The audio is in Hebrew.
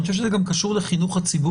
אני חושב שזה גם קשור לחינוך הציבור